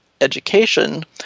education